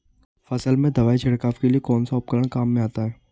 फसल में दवाई छिड़काव के लिए कौनसा उपकरण काम में आता है?